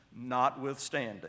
notwithstanding